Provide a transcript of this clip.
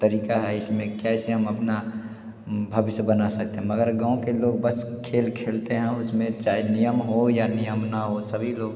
तरीक़ा है इसमें कैसे हम अपना भविष्य बना सकते हैं मगर गाँव के लोग बस खेल खेलते हैं उसमें चाहे नियम हो या नियम ना हों सभी लोग